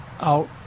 out